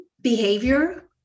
behavior